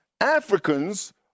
Africans